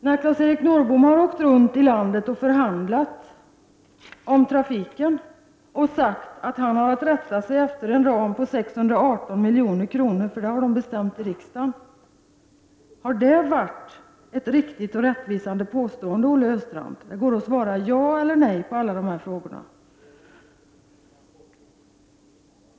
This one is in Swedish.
När Claes-Eric Norrbom har åkt runt i landet och förhandlat om trafiken och sagt att han har att rätta sig efter en ram på 618 milj.kr., för det har man bestämt i riksdagen, har detta då varit ett rättvisande påstående, Olle Östrand? Det går att svara ja eller nej på alla dessa frågor.